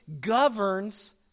governs